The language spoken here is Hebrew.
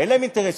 אין להם אינטרסים,